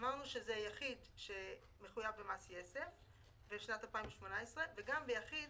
אמרנו שזה יחיד שמחויב במס יסף בשנת 2018 וגם ביחיד